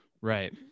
Right